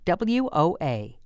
WOA